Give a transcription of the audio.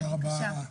בבקשה.